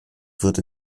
wurde